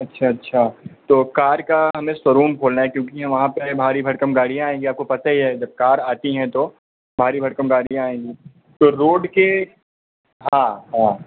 अच्छा अच्छा तो कार का हमें शो रूम खोलना है क्योंकि वहाँ पर भारी भरकम गाड़ियां आएंगी आपको पता ही है जब कार आती हैं तो भारी भरकम गाड़ियां आएंगी तो रोड के हाँ हाँ